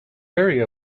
area